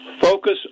focus